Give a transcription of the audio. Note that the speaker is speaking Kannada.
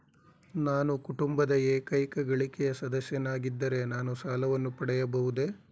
ನಾನು ಕುಟುಂಬದ ಏಕೈಕ ಗಳಿಕೆಯ ಸದಸ್ಯನಾಗಿದ್ದರೆ ನಾನು ಸಾಲವನ್ನು ಪಡೆಯಬಹುದೇ?